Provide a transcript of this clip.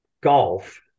golf